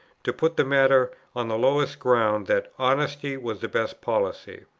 to put the matter on the lowest ground, that honesty was the best policy.